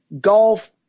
golf